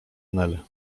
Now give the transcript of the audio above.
nel